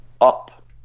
up